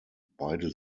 beide